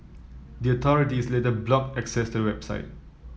the authorities later blocked access to website